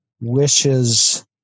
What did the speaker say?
wishes